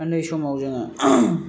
उन्दै समाव जोङो